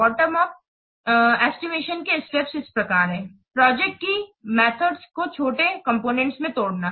bottom up estimation क steps इस प्रकार है प्रोजेक्ट की गतिमेथड को छोटे कॉम्पोनेन्ट में तोड़ना